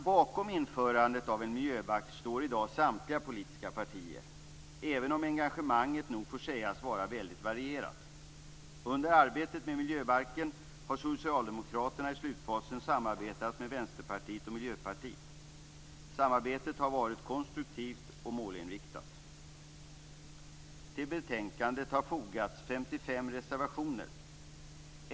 Bakom införandet av en miljöbalk står i dag samtliga politiska partier, även om engagemanget nog får sägas vara väldigt varierat. Under arbetet med miljöbalken har socialdemokraterna i slutfasen samarbetat med Vänsterpartiet och Miljöpartiet. Samarbetet har varit konstruktivt och målinriktat. Till betänkandet har fogats 55 reservationer.